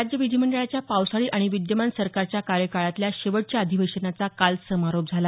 राज्य विधिमंडळाच्या पावसाळी आणि विद्यमान सरकारच्या कार्यकाळातल्या शेवटच्या अधिवेशनाचा काल समारोप झाला